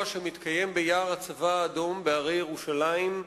שמתקיים ביער הצבא האדום בהרי ירושלים,